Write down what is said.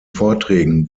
vorträgen